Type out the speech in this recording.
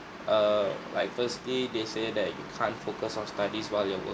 err like firstly they say that you can't focus on studies while you're working